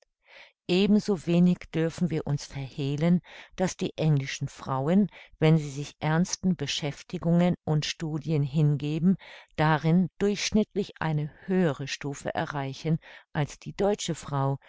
rathe ebensowenig dürfen wir uns verhehlen daß die englischen frauen wenn sie sich ernsten beschäftigungen und studien hingeben darin durchschnittlich eine höhere stufe erreichen als die deutsche frau